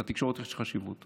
ולתקשורת יש חשיבות.